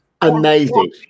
Amazing